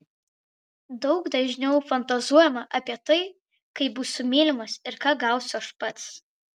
daug dažniau fantazuojama apie tai kaip būsiu mylimas ir ką gausiu aš pats